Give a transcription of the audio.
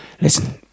listen